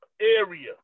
area